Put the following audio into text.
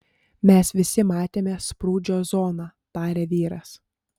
mes visi matėme sprūdžio zoną tarė vyras